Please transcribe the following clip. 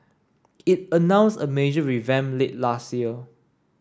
it announced a major revamp late last year